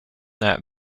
that